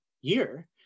year